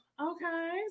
Okay